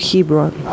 Hebron